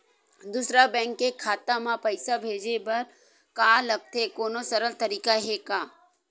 दूसरा बैंक के खाता मा पईसा भेजे बर का लगथे कोनो सरल तरीका हे का?